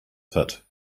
pit